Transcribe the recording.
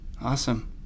Awesome